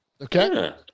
okay